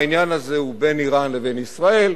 העניין הזה הוא בין אירן לבין ישראל.